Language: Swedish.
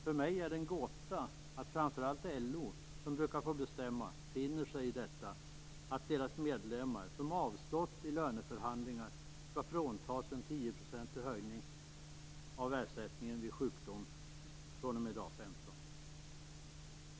För mig är det en gåta att framför allt LO, som brukar få bestämma, finner sig i detta och att deras medlemmar som avstått i löneförhandlingar skall fråntas en 10-procentig höjning av ersättningen vid sjukdom fr.o.m. dag 15.